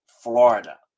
florida